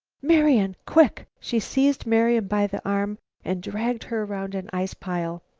marian! quick! she seized marian by the arm and dragged her around an ice-pile.